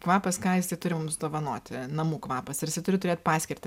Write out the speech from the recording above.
kvapas ką jisai turi mums dovanoti namų kvapas ar jisai turi turėt paskirtį